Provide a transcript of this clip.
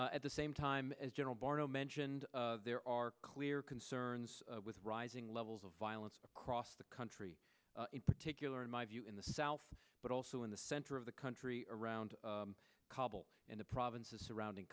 at the same time as general barno mentioned there are clear concerns with rising levels of violence across the country in particular in my view in the south but also in the center of the country around kabul and the provinces surrounding